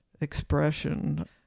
expression